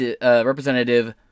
Representative